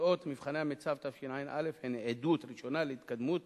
תוצאות מבחני המיצ"ב תשע"א הן עדות ראשונה על התקדמות